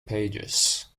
pages